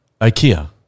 Ikea